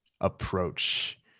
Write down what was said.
approach